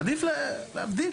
עדיף להבדיל.